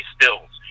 Stills